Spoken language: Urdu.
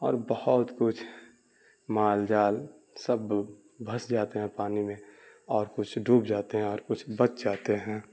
اور بہت کچھ مال جال سب بھنس جاتے ہیں پانی میں اور کچھ ڈوب جاتے ہیں اور کچھ بچ جاتے ہیں